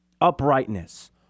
Uprightness